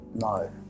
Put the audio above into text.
No